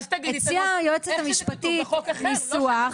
הציעה היועצת המשפטית ניסוח,